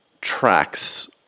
tracks